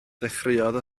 ddechreuodd